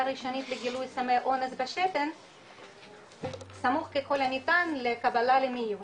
ראשונית לגילוי סמי אונס בשתן סמוך כל הניתן לקבלה למיון.